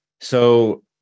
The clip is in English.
So-